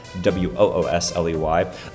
W-O-O-S-L-E-Y